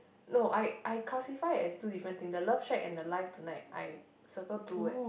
no I I classify it as two different thing the love shack and the life tonight I circle two eh